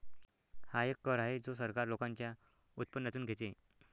हा एक कर आहे जो सरकार लोकांच्या उत्पन्नातून घेते